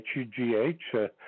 H-U-G-H